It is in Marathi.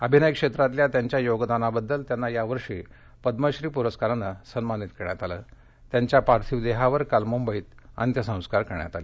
अभिनय क्षेत्रातल्या त्याच्या योगदानाबद्दल त्यात्ती या वर्षी पद्मश्री प्रस्कारानसिन्मानित करण्यात आला त्याच्या पार्थिव देहावर काल मुद्धित अख्रिस्कार करण्यात आले